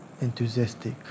enthusiastic